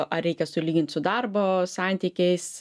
ar reikia sulygint su darbo santykiais